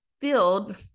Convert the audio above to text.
filled